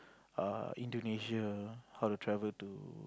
err Indonesia how to travel to